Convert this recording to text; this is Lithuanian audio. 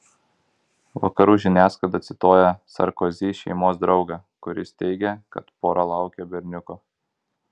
vakarų žiniasklaida cituoja sarkozy šeimos draugą kuris teigia kad pora laukia berniuko